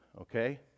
okay